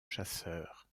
chasseur